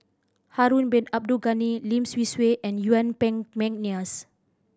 Harun Bin Abdul Ghani Lim Swee Say and Yuen Peng McNeice